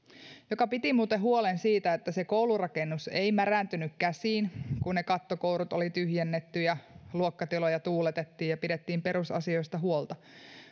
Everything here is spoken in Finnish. joka piti muuten huolen siitä että koulurakennus ei märäntynyt käsiin kun kattokourut oli tyhjennetty ja luokkatiloja tuuletettiin ja pidettiin perusasioista huolta